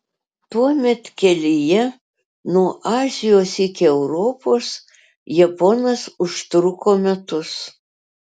tuomet kelyje nuo azijos iki europos japonas užtruko metus